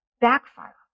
backfire